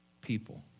people